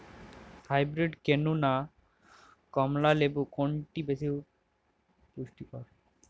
Hybrid কেনু না কমলা লেবু কোনটি বেশি পুষ্টিকর?